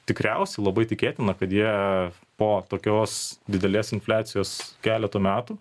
tikriausiai labai tikėtina kad jie po tokios didelės infliacijos keleto metų